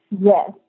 Yes